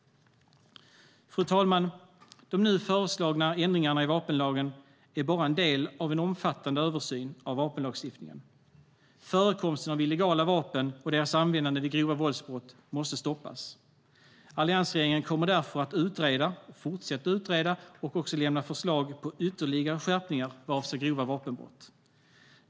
Fru talman! De nu föreslagna ändringarna i vapenlagen är bara en del av en omfattande översyn av vapenlagstiftningen. Förekomsten av illegala vapen och deras användande vid grova våldsbrott måste stoppas. Alliansregeringen kommer därför att utreda och fortsätta att utreda och lämna förslag på ytterligare skärpningar vad avser grova vapenbrott.